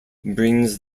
brings